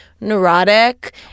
neurotic